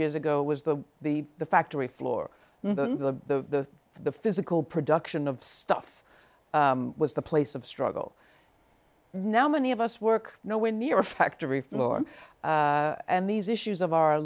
years ago it was the the the factory floor the the physical production of stuff was the place of struggle now many of us work no where near a factory floor and these issues of our